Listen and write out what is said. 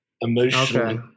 emotionally